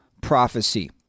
prophecy